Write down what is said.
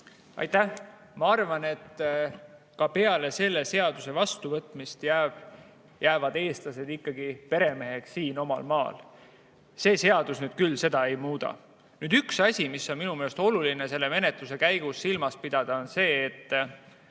Aitäh! Ma arvan, et ka peale selle seaduse vastuvõtmist jäävad eestlased ikkagi peremeheks siin, omal maal. See seadus nüüd küll seda ei muuda. Üks asi, mis minu meelest on oluline selle menetluse käigus silmas pidada, on see. Te